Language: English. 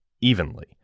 evenly